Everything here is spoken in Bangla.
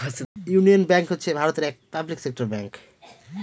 ইউনিয়ন ব্যাঙ্ক হচ্ছে ভারতের একটি পাবলিক সেক্টর ব্যাঙ্ক